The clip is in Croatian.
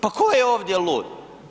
Pa ko je ovdje lud?